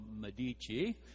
Medici